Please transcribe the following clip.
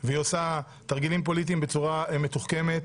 והיא עושה תרגילים פוליטיים בצורה מתוחכמת,